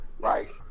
Right